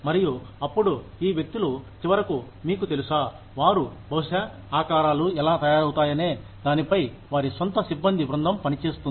మరియు అప్పుడు ఈ వ్యక్తులు చివరకు మీకు తెలుసా వారు బహుశా ఆకారాలు ఎలా తయారవుతాయనే దానిపై వారి సొంత సిబ్బంది బృందం పనిచేస్తుంది